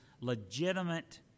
legitimate